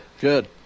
good